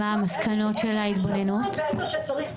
איפה יש לקונות ואיפה שצריך --- ומה המסקנות של ההתבוננות?